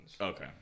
okay